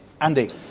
Andy